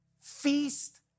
feast